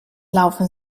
laufen